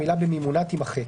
המילה "במימונה" תימחק.